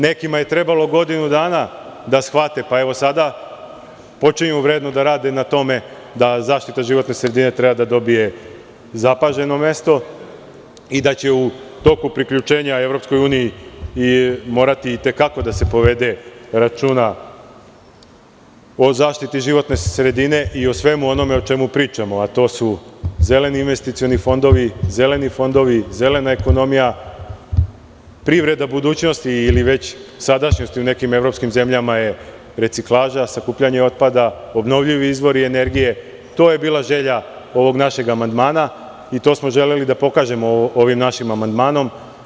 Nekim je trebalo godinu dana da shvate pa evo sada počinju vredno da rade na tome da zaštita životne sredine treba da dobije zapaženo mesto i da će u toku priključenja EU morati i te kako da se povede računa o zaštiti životne sredine i o svemu onome o čemu pričamo a to su zeleni investicioni fondovi, zeleni fondovi, zelena ekonomija, privreda budućnosti ili već sadašnjosti u nekim evropskim zemljama je reciklaža i sakupljanje otpada obnovljivi izvor energije i to je bila želja ovog našeg amandmana i to smo želeli da pokažemo ovim našim amandmanom.